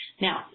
Now